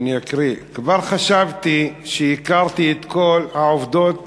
אני אקריא: כבר חשבתי שהכרתי את כל העבודות